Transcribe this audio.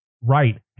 Right